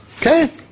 Okay